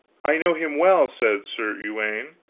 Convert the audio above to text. i know him well, said sir uwaine,